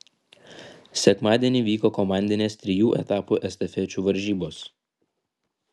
sekmadienį vyko komandinės trijų etapų estafečių varžybos